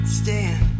stand